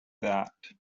that